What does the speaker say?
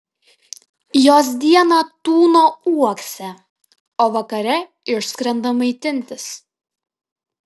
jos dieną tūno uokse o vakare išskrenda maitintis